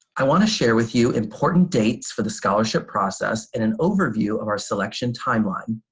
i want to share with you important dates for the scholarship process in an overview of our selection timeline.